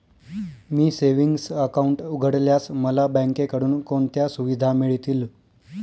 मी savings account उघडल्यास मला बँकेकडून कोणत्या सुविधा मिळतील?